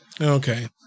Okay